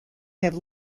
have